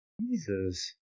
Jesus